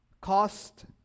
cost